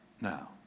Now